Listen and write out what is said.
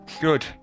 Good